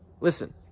listen